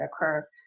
occur